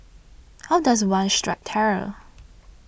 how does one strike terror